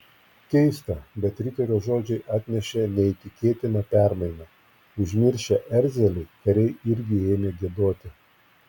keista bet riterio žodžiai atnešė neįtikėtiną permainą užmiršę erzelį kariai irgi ėmė giedoti